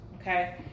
Okay